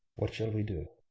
what shall we do?